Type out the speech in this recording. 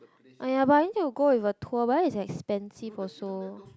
aiyah but I need to go with a tour but it's like expensive also